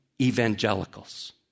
evangelicals